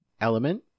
Element